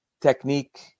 technique